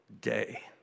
day